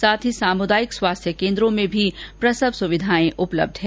साथ ही सामुदायिक स्वास्थ्य केंद्रों में भी प्रसव सुविधाए उपलब्ध हैं